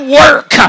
work